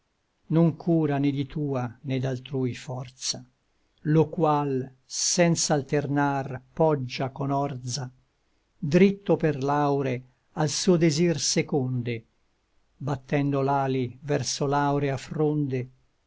non cura né di tua né d'altrui forza lo qual senz'alternar poggia con orza dritto per l'aure suo desir seconde battendo l'ali verso l'aurea fronde